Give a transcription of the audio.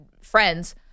friends